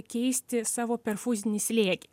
keisti savo perfuzinį slėgį